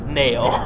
nail